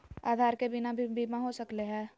आधार के बिना भी बीमा हो सकले है?